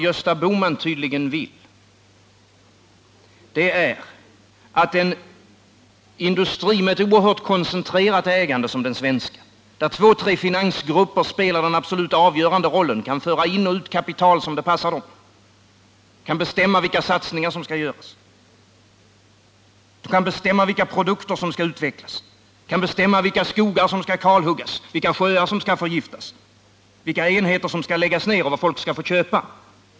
Gösta Bohman vill tydligen ha en industri med oerhört koncentrerat ägande som den svenska, där två tre finansgrupper spelar den avgörande rollen, kan föra in och ut kapital som det passar dem, kan bestämma vilka satsningar som skall göras, bestämma vilka produkter som skall utvecklas, bestämma vilka skogar som skall kalhuggas och vilka sjöar som skall förgiftas, vilka enheter som skall läggas ner och vad folk skall få köpa.